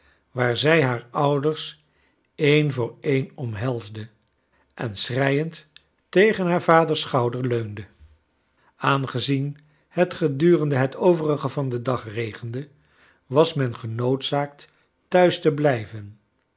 waar z ij haar ouders een voor een omhelsde en schreiend tegen haar vader s schouder leunde aangezien het gedurende het overige van den dag regende was men genoodzaakt thuis te blijven